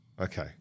okay